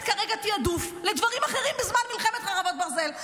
כרגע תיעדוף לדברים אחרים בזמן מלחמת חרבות ברזל.